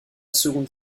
seconde